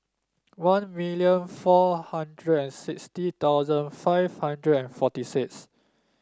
one million four hundred and sixty thousand five hundred and forty six